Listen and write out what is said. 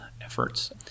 efforts